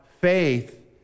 faith